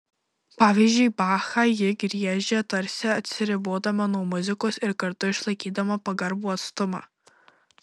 pavyzdžiui bachą ji griežia tarsi atsiribodama nuo muzikos ir kartu išlaikydama pagarbų atstumą